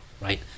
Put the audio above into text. right